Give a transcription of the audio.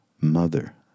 mother